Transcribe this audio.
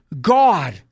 God